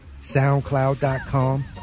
soundcloud.com